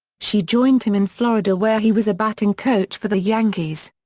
she joined him in florida where he was a batting coach for the yankees.